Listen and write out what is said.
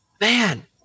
Man